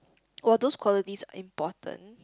while those qualities are important